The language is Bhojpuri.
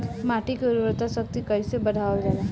माटी के उर्वता शक्ति कइसे बढ़ावल जाला?